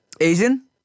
Asian